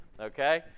okay